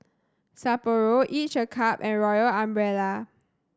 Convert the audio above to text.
Sapporo Each a Cup and Royal Umbrella